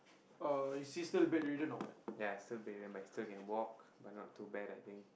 ya still bedridden but he still can walk but not too bad I think